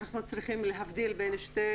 אנחנו צריכים להבדיל בין שתי